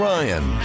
Ryan